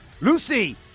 Lucy